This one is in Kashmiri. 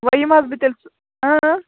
وۅنۍ یمہٕ حَظ بہٕ تیٚلہِ